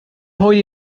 heute